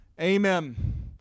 Amen